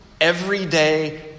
everyday